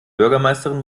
bürgermeisterin